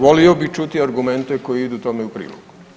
Volio bi čuti argumente koji idu tome u prilog.